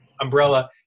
umbrella